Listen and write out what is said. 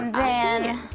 and